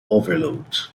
overload